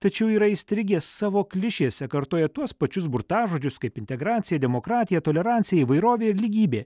tačiau yra įstrigę savo klišėse kartoja tuos pačius burtažodžius kaip integraciją demokratija tolerancija įvairovė ir lygybė